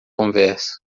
conversa